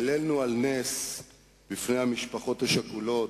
העלינו על נס בפני המשפחות השכולות,